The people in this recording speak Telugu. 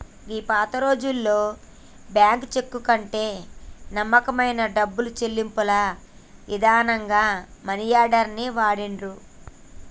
గీ పాతరోజుల్లో బ్యాంకు చెక్కు కంటే నమ్మకమైన డబ్బు చెల్లింపుల ఇదానంగా మనీ ఆర్డర్ ని వాడిర్రు